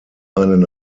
einen